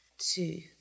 Two